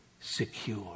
secure